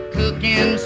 cooking